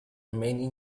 many